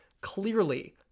Clearly